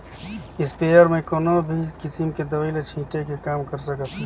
sprayer म कोनो भी किसम के दवई ल छिटे के काम कर सकत हे